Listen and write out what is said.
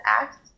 act